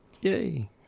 Yay